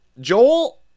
Joel